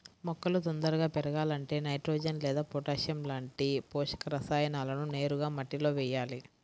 మొక్కలు తొందరగా పెరగాలంటే నైట్రోజెన్ లేదా పొటాషియం లాంటి పోషక రసాయనాలను నేరుగా మట్టిలో వెయ్యాలి